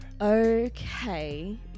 Okay